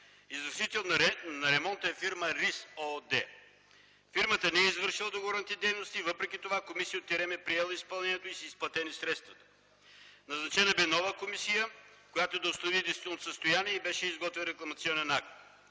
Извършител на ремонта е „Рис” ООД. Фирмата не е извършила договорените дейности, въпреки това комисия от „Терем” е приела изпълнението и са изплатени средства. Назначена бе нова комисия, която да установи действителното състояние и беше изготвен рекламационен акт,